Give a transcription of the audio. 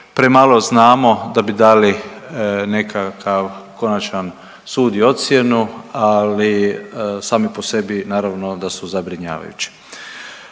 premalo znamo da bi dali nekakav konačan sud i ocjenu, ali sami po sebi, naravno da su zabrinjavajući.